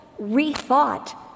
rethought